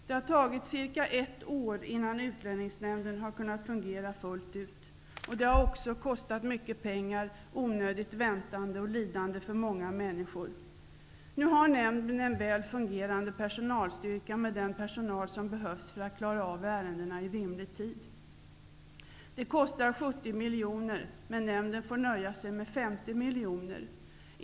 Det har tagit ca ett år innan Utlänningsnämnden har kunnat fungera fullt ut. Det har också kostat mycket pengar, onö digt väntande och lidande för många människor. Nu har nämnden en väl fungerande personal styrka, med den personal som behövs för att klara av ärendena i rimlig tid. Det kostar 70 miljoner, men nämnden får nöja sig med 50 miljoner.